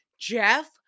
Jeff